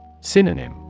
Synonym